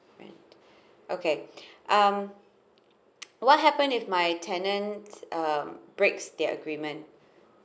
rent okay um what happen if my tenants uh breaks their agreement